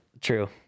True